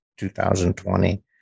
2020